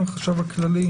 החשב הכללי